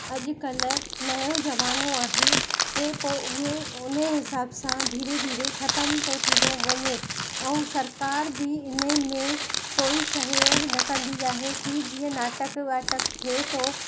अॼुकल्ह नयो ज़मानो आहे इहे पोइ उहे उन हिसाब सां धीरे धीरे ख़तम थो थींदो वञे ऐं सरकार बि इन में कोई सहयोग न कंदी आहे की जीअं नाटक वाटक थिए थो